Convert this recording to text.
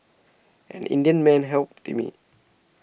an Indian man helped me